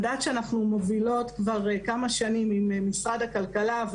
מדד שאנחנו מובילות כבר כמה שנים עם משרד הכלכלה,